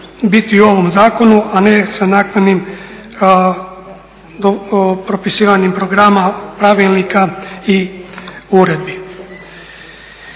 biti u ovom zakonu, a ne sa naknadnim propisivanjem programa, pravilnika i uredbi.